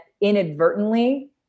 inadvertently